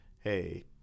hey